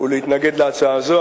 ולהתנגד להצעה הזאת.